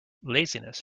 laziness